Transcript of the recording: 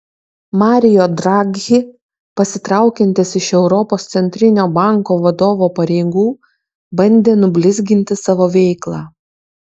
mario draghi pasitraukiantis iš europos centrinio banko vadovo pareigų bandė nublizginti savo veiklą